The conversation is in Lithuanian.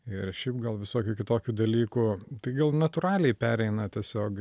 ir šiaip gal visokių kitokių dalykų tai gal natūraliai pereina tiesiog